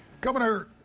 Governor